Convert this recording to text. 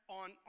on